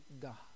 God